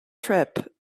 trip